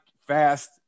fast